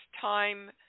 time